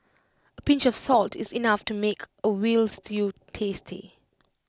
A pinch of salt is enough to make A Veal Stew tasty